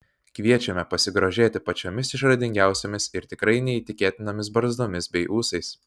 kviečiame pasigrožėti pačiomis išradingiausiomis ir tikrai neįtikėtinomis barzdomis bei ūsais